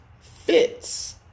fits